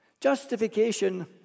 justification